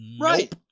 Right